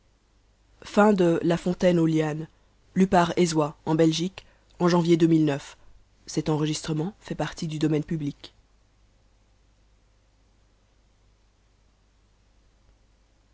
de la fontaine